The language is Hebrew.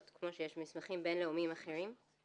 כמו שיש במסמכים בינלאומיים אחרים?